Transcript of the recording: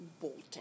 bolting